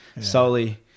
solely